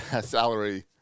salary